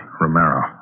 Romero